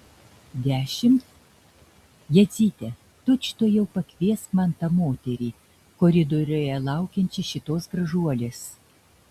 dešimt jadzyte tučtuojau pakviesk man tą moterį koridoriuje laukiančią šitos gražuolės